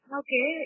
okay